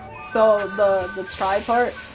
so the the try part,